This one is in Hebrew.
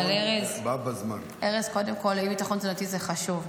אבל, ארז, קודם כול, אי-ביטחון תזונתי זה חשוב.